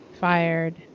fired